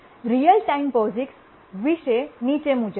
real time POSIX વિશે નીચે મુજબ છે